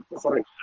sorry